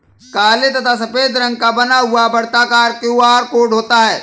काले तथा सफेद रंग का बना हुआ वर्ताकार क्यू.आर कोड होता है